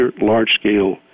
large-scale